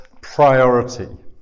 priority